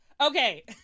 Okay